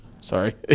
Sorry